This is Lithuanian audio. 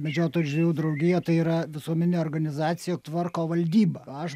medžiotojų ir žvejų draugija tai yra visuomeninė organizacija tvarko valdyba aš